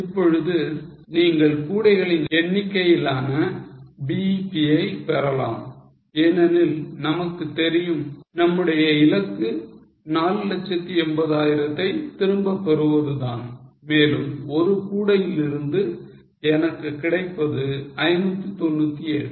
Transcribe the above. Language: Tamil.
இப்பொழுது நீங்கள் கூடைகளின் எண்ணிக்கையிலான BEP ஐ பெறலாம் ஏனெனில் நமக்குத் தெரியும் நம்முடைய இலக்கு 480000 தை திரும்பப் பெறுவது தான் மேலும் ஒரு கூடையில் இருந்து எனக்கு கிடைப்பது 597